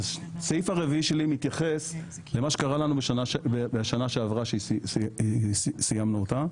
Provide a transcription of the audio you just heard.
הסעיף הרביעי שלי מתייחס למה שקרה לנו בשנה שעברה שסיימנו אותה.